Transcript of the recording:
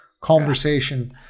conversation